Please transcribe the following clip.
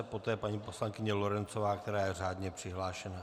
Poté paní poslankyně Lorencová, která je řádně přihlášena.